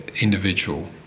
individual